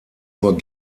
nur